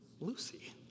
Lucy